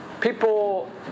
People